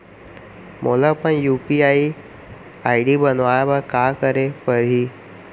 मोला अपन UPI ID बनाए बर का करे पड़ही?